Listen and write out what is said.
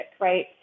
right